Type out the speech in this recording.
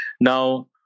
Now